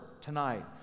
tonight